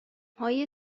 های